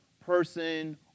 person